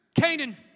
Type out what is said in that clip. Canaan